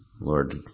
Lord